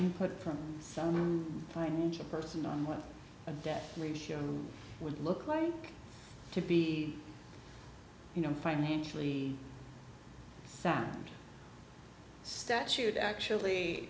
input from some financial person on what a debt ratio would look like to be you know financially sound statute actually